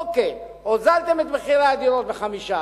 אוקיי, הורדתם את מחירי הדירות ב-5%.